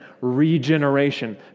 regeneration